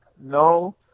no